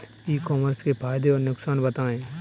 ई commerce के फायदे और नुकसान बताएँ?